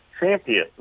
champion